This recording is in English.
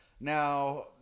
now